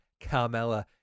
Carmella